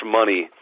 money